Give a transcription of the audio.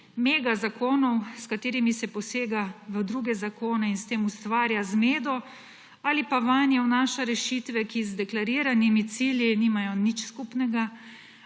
megazakonov, s katerimi se posega v druge zakone in s tem ustvarja zmedo ali pa vanje vnaša rešitve, ki z deklariranimi cilji nimajo nič skupnega,